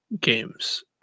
games